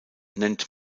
nennt